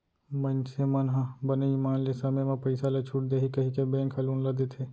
मइनसे मन ह बने ईमान ले समे म पइसा ल छूट देही कहिके बेंक ह लोन ल देथे